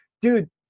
dude